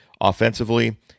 offensively